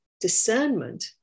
discernment